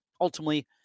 Ultimately